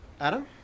Adam